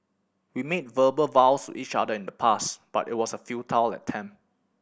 we made verbal vows to each other in the past but it was a futile attempt